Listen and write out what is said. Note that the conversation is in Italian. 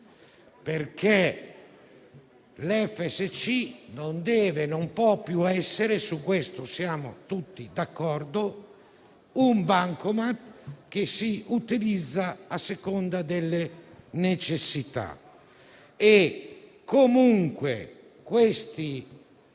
perché l'FSC non deve e non può più essere - su questo siamo tutti d'accordo - un bancomat che si utilizza a seconda delle necessità.